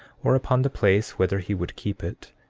or upon the place whither he would keep it,